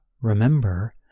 remember